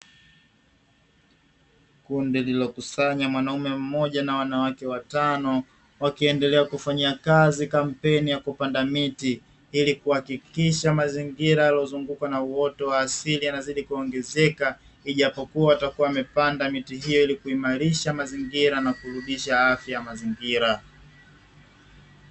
Kundi lililo kusanya mwanume mmoja na wanawake watano, wakiendelea kufanyia kazi kampeni ya kupanda miti, ili kuhakikisha mazingira yaliyozungukwa na uoto wa asili yanazidi kuongezeka, ijapokuwa watakuwa wamepanda miti hiyo ili kuimarisha mazingira na kurudisha afya ya mazingira.